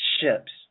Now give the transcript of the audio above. ships